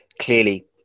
clearly